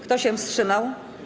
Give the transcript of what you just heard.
Kto się wstrzymał?